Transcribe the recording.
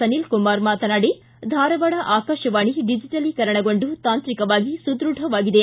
ಸನೀಲ್ಕುಮಾರ್ ಮಾತನಾಡಿ ಧಾರವಾಡ ಆಕಾಶವಾಣಿ ಡಿಜಟಲೀಕರಣಗೊಂಡು ತಾಂತ್ರಿಕವಾಗಿ ಸುದೃಢವಾಗಿದೆ